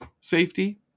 safety